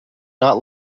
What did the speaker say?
not